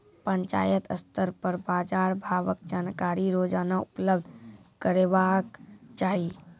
पंचायत स्तर पर बाजार भावक जानकारी रोजाना उपलब्ध करैवाक चाही?